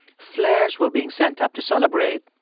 flares were being sent up to celebrate,